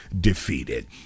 defeated